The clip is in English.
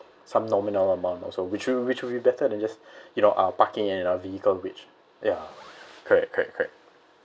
some nominal amount also which will which will be better than just you know uh parking in a vehicle wage ya correct correct correct